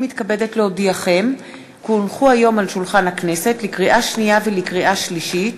הכנסת, לקריאה שנייה ולקריאה שלישית: